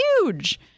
huge